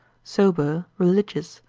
sober, religious,